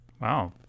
Wow